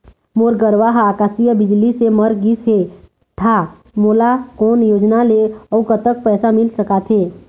मोर गरवा हा आकसीय बिजली ले मर गिस हे था मोला कोन योजना ले अऊ कतक पैसा मिल सका थे?